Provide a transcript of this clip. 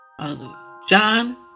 John